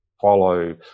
follow